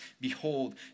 Behold